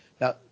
Now